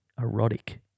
erotic